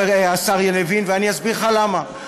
השר לוין, ואני אסביר לך למה.